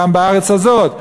גם בארץ הזו.